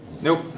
Nope